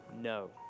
No